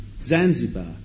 Zanzibar